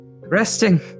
Resting